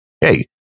Hey